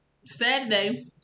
Saturday